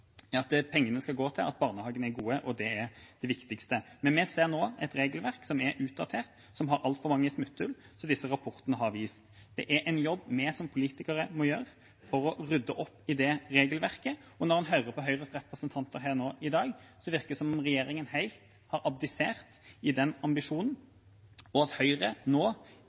at pengene skal gå til at barnehagene er gode, og det er det viktigste. Men vi ser nå et regelverk som er utdatert, som har altfor mange smutthull, som disse rapportene har vist. Vi som politikere må gjøre en jobb for å rydde opp i det regelverket. Når man hører på Høyres representanter her i dag, virker det som om regjeringa helt har abdisert i den ambisjonen, og at Høyre nå